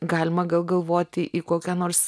galima gal galvoti į kokią nors